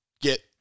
get